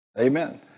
Amen